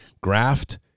graft